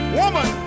woman